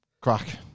crack